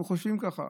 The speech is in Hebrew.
אנחנו חושבים ככה,